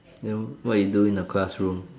then what you do in the class room